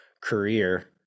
career